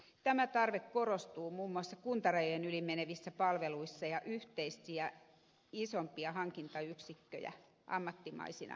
tämä tarve korostuu muun muassa kuntarajojen yli menevissä palveluissa ja yhteisiä isompia hankintayksikköjä ammattimaisina perustettaessa